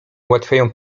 ułatwiają